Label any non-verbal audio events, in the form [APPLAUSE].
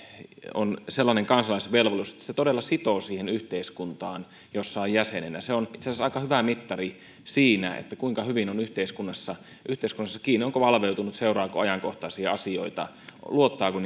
on sellainen kansalaisvelvollisuus että se todella sitoo siihen yhteiskuntaan jossa on jäsenenä se on itse asiassa aika hyvä mittari siinä kuinka hyvin on yhteiskunnassa yhteiskunnassa kiinni onko valveutunut seuraako ajankohtaisia asioita luottaako [UNINTELLIGIBLE]